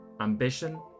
ambition